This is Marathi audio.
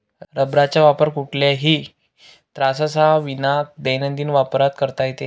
रबराचा वापर कुठल्याही त्राससाविना दैनंदिन वापरात करता येतो